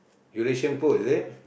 Eurasian food is it